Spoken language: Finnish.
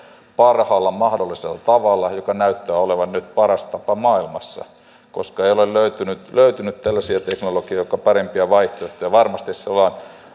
parhaalla mahdollisella tavalla joka näyttää olevan nyt paras tapa maailmassa koska ei ole löytynyt löytynyt sellaisia teknologeja jotka esittäisivät parempia vaihtoehtoja varmasti niitä on